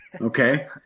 Okay